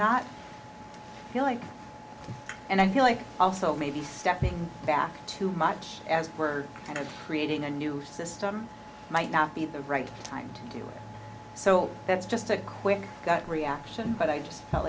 not feel like and i feel like also maybe stepping back too much as we're creating a new system might not be the right time so that's just a quick gut reaction but i just felt